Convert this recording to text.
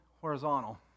horizontal